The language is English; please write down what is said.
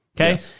Okay